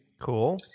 Cool